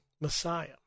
Messiah